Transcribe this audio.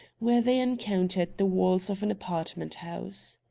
where they encountered the wall of an apartment house.